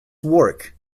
work